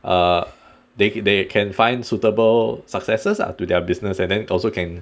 uh they they can find suitable successors ah to their business and then also can